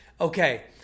Okay